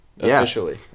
officially